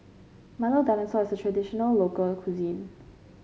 Milo Dinosaur is a traditional local cuisine